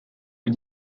fut